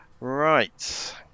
Right